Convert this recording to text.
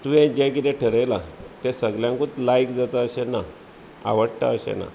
तुवे जे कितें ठरयलां ते सगल्याकूंच लायक जाता अशें ना आवडटा अशें ना